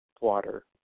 water